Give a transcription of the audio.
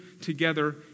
together